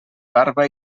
barba